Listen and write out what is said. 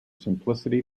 simplicity